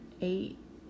eight